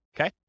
okay